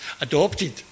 adopted